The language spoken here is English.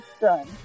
done